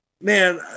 man